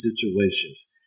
situations